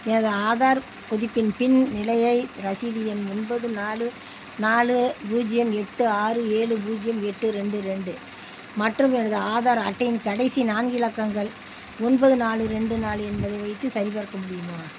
எனது ஆதார் புதுப்பின்பின் நிலையை ரசீது எண் ஒன்பது நாலு நாலு பூஜ்ஜியம் எட்டு ஆறு ஏழு பூஜ்ஜியம் எட்டு ரெண்டு ரெண்டு மற்றும் எனது ஆதார் அட்டையின் கடைசி நான்கு இலக்கங்கள் ஒன்பது நாலு ரெண்டு நாலு என்பதை வைத்து சரிபார்க்க முடியுமா